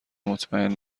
مطمئن